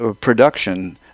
production